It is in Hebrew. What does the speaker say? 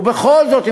ובכל זאת,